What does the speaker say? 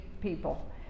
people